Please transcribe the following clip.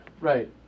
Right